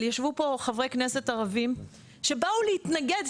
אבל ישבו פה חברי כנסת ערבים שבאו להתנגד,